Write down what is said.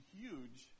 huge